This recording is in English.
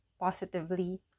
positively